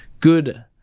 good